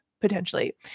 potentially